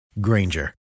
Granger